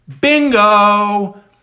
Bingo